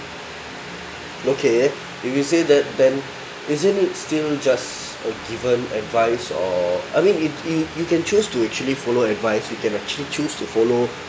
okay if you say that then isn't it still just a given advice or I mean you you you can choose to actually follow advice you can uh choo~ choose to follow